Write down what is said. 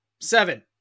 seven